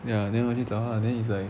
ya then 我去找她 then is like